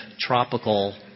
tropical